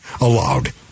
allowed